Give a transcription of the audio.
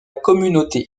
communauté